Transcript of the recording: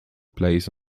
plays